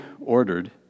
ordered